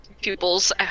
Pupils